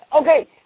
Okay